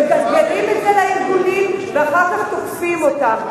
מגלגלים את זה לארגונים ואחר כך תופסים אותם.